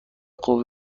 قوه